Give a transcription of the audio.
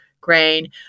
grain